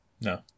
No